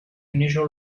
unusual